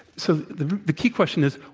so the the key question is,